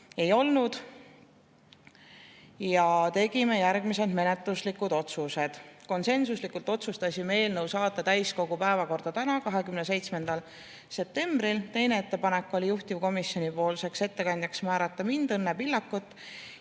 ei olnud. Tegime järgmised menetluslikud otsused. Konsensuslikult otsustasime eelnõu saata täiskogu päevakorda tänaseks, 27. septembriks. Teine ettepanek oli juhtivkomisjonipoolseks ettekandjaks määrata mind, Õnne Pillakut.